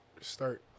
start